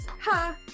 Ha